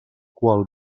qual